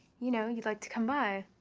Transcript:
you know, you'd like to come by.